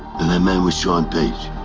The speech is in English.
and that man was shawn page?